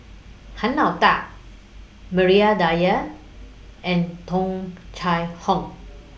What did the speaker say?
Han Lao DA Maria Dyer and Tung Chye Hong